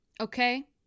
Okay